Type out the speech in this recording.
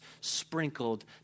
sprinkled